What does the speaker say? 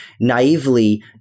naively